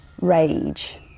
rage